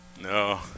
No